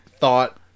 thought